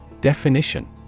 definition